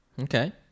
Okay